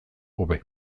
hobe